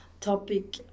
topic